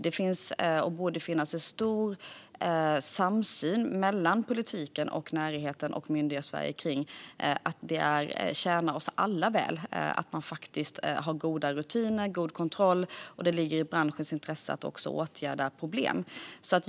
Det borde finnas en stor samsyn mellan politiken, näringen och Myndighetssverige om att det tjänar oss alla väl att man har goda rutiner och god kontroll, och det ligger i branschens intresse att också åtgärda problem.